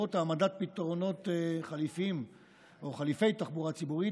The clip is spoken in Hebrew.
לרבות העמדת פתרונות חליפיים לתחבורה ציבורית